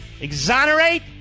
Exonerate